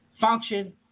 function